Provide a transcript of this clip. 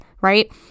right